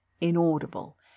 inaudible